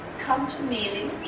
come to kneeling